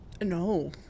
No